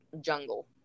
jungle